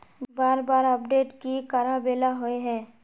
बार बार अपडेट की कराबेला होय है?